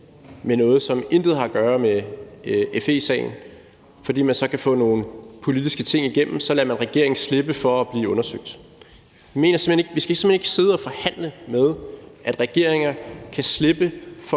med noget, som intet har at gøre med FE-sagen, og fordi man så kan få nogle politiske ting igennem, lader man regeringen slippe for at blive undersøgt. Vi skal simpelt hen ikke sidde og forhandle med, at regeringer kan slippe for